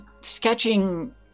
sketching